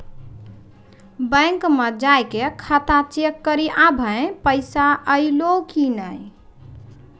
bank मे जाय के खाता चेक करी आभो पैसा अयलौं कि नै